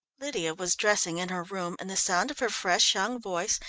lydia was dressing in her room, and the sound of her fresh, young voice,